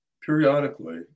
periodically